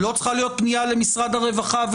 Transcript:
לא צריכה להיות פנייה למשרד הרווחה?